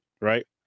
right